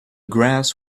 grass